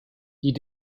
die